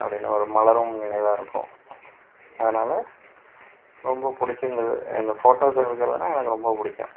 அப்படினு ஒரு மலரும் நினைவாக இருக்கும் அதனால ரொம்ப பிடிச்சிருந்தது அந்த ஃபோட்டோஸ் எடுக்கிறதுனா எனக்கு ரொம்ப பிடிக்கும்